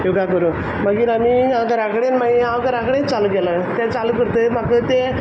योगा कोरून मागीर आमी आंव घरा कडेन माई हांव घरा कडेन चालू केलें तें चालू करतगीत म्हाक तें